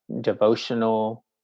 devotional